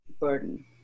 burden